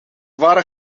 waren